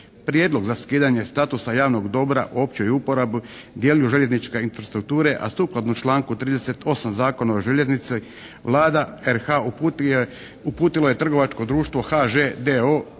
Prijedlog za skidanje statusa javnog dobra u općoj uporabi, dijelu željezničke infrastrukture, a sukladno članku 38. Zakona o željeznici Vlada RH uputila je trgovačko društvo HŽ